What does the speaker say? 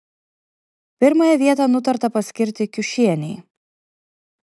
pirmąją vietą nutarta paskirti kiušienei